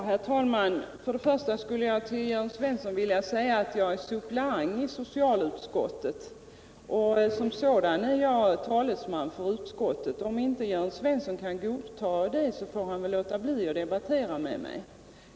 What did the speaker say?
Herr talman! För Jörn Svensson vill jag tala om att jag är suppleant i socialutskottet, och som sådan är jag talesman för utskottet. Om Jörn Svensson inte kan godta det, får han väl låta bli att debattera med mig.